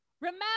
Remember